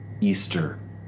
Easter